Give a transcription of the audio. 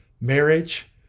marriage